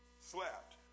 slapped